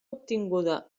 obtinguda